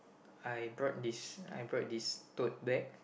I brought this I brought this tote bag